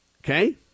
Okay